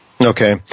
Okay